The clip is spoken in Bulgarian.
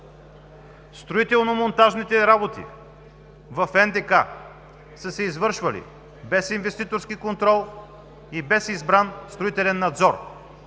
Строително-монтажните работи в НДК са се извършвали без инвеститорски контрол и без избран строителен надзор.